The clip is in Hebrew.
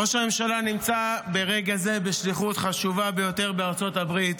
ראש הממשלה נמצא ברגע זה בשליחות חשובה ביותר בארצות הברית,